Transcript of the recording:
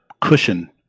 cushion